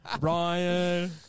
Ryan